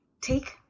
take